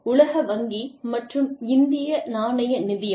உலக வங்கி மற்றும் இந்திய நாணய நிதியம்